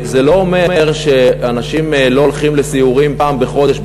זה לא אומר שאנשים לא הולכים לסיורים פעם בחודש,